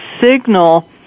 signal